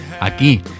...aquí